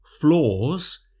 floors